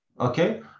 Okay